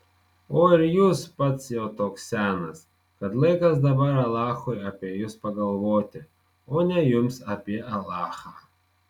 o ir jūs pats jau toks senas kad laikas dabar alachui apie jus pagalvoti o ne jums apie alachą